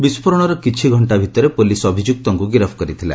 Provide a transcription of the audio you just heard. ବିସ୍ଫୋରଣର କିଛି ଘଣ୍ଟା ଭିତରେ ପୋଲିସ ଅଭିଯ୍ରକ୍ତଙ୍କ ଗିରଫ କରିଥିଲା